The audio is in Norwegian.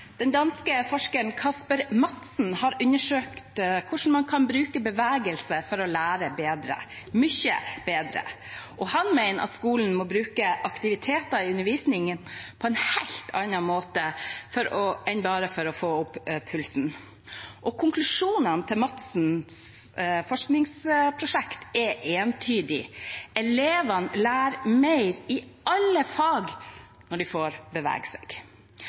Den danske forskeren Kasper Madsen har undersøkt hvordan man kan bruke bevegelse for å lære bedre – mye bedre. Han mener at skolen må bruke aktiviteter i undervisningen på en helt annen måte enn bare for å få opp pulsen. Konklusjonene i Madsens forskningsprosjekt er entydige: Elevene lærer mer i alle fag når de får bevege seg.